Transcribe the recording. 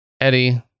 Eddie